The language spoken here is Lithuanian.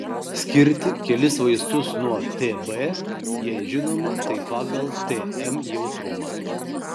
skirti kelis vaistus nuo tb jei žinoma tai pagal tm jautrumą